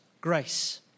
grace